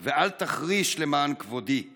/ ואל תחריש למען כבודי /